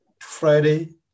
Friday